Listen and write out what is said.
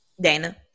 Dana